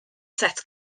set